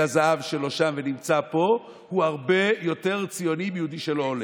הזהב שלו שם ונמצא פה הוא הרבה יותר ציוני מיהודי שלא עולה.